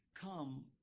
come